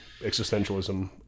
existentialism